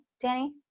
Danny